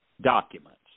documents